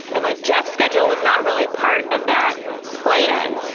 and like jeff's schedule was not really part of that plan.